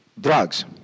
drugs